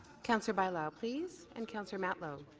councillor bailao, please, and councillor matlow.